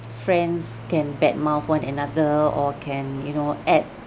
friends can badmouth one another or can you know add